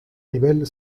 nivel